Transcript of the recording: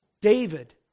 David